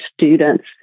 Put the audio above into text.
students